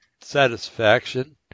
satisfaction